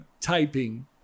typing